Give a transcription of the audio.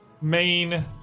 main